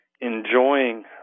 enjoying